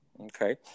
Okay